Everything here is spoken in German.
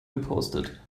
gepostet